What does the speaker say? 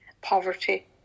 poverty